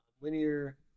linear